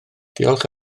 diolch